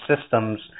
systems